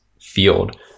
field